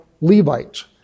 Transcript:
Levites